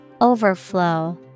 Overflow